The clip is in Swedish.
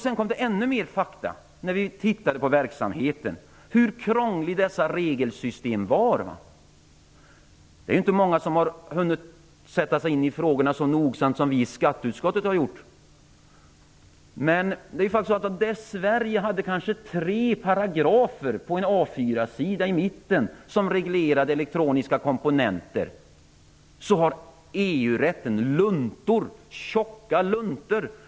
Sedan fick vi ännu mer fakta när vi tittade på verksamheten och såg hur krångliga dessa nya regelsystem var. Det är inte många som har hunnit sätta sig in i frågorna så nogsamt som vi i skatteutskottet har gjort. Men i det fall då det i Sverige finns tre paragrafer i mitten av en A4 sida som reglerar elektroniska komponenter finns det i EU-rätten tjocka luntor.